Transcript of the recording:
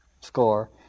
score